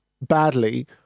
badly